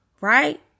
Right